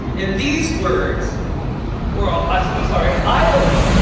and these words or, ah um i'm sorry, i believe,